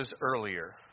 earlier